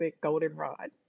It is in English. Goldenrod